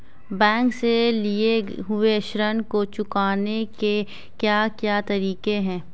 Bank से लिए हुए ऋण को चुकाने के क्या क्या तरीके हैं?